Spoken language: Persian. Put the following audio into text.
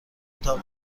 اتاق